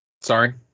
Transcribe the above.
Sorry